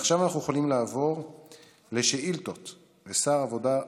עכשיו אנחנו יכולים לעבור לשאילתות לשר העבודה,